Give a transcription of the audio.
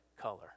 color